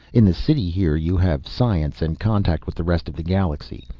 in the city here you have science and contact with the rest of the galaxy.